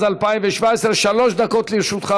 בעברית טובה,